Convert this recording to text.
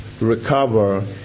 recover